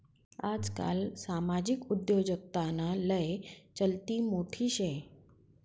आजकाल सामाजिक उद्योजकताना लय चलती मोठी शे